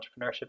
entrepreneurship